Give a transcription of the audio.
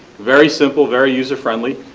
very simple, very user-friendly.